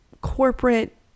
corporate